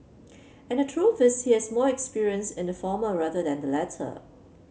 and the truth is he has more experience in the former rather than the latter